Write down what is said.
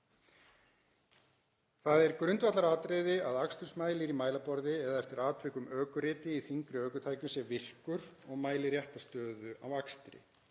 Það er grundvallaratriði að akstursmælir í mælaborði eða eftir atvikum ökuriti í þyngri ökutækjum sé virkur og mæli rétta stöðu á akstri.